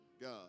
God